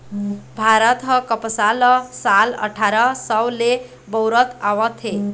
भारत ह कपसा ल साल अठारा सव ले बउरत आवत हे